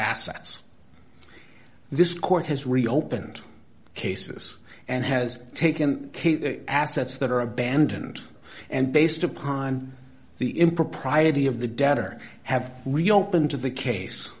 assets this court has reopened cases and has taken assets that are abandoned and based upon the impropriety of the debtor have reopened the case